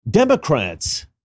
Democrats